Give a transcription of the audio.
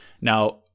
Now